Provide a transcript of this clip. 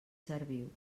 serviu